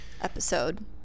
episode